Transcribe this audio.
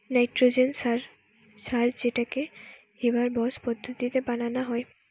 nitrogen সার সার যেটাকে হেবার বস পদ্ধতিতে বানানা হয়